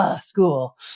school